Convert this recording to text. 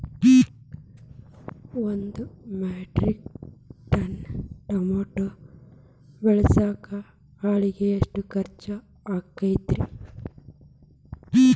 ಒಂದು metric ton tomato ಬೆಳಸಾಕ್ ಆಳಿಗೆ ಎಷ್ಟು ಖರ್ಚ್ ಆಕ್ಕೇತ್ರಿ?